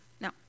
No